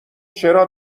چرا